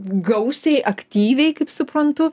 gausiai aktyviai kaip suprantu